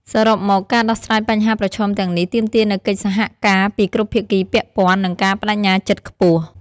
សរុបមក ការដោះស្រាយបញ្ហាប្រឈមទាំងនេះទាមទារនូវកិច្ចសហការពីគ្រប់ភាគីពាក់ព័ន្ធ និងការប្តេជ្ញាចិត្តខ្ពស់។